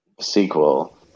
sequel